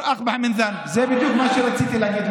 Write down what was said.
זה בדיוק מה שרציתי להגיד,